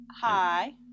Hi